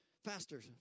Faster